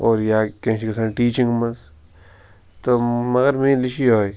اور یا کیٚنٛہہ چھِ گَژھان ٹیٖچِنگ منٛز تِم مگر میٛٲنۍ چھِ یِہَے